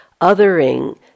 othering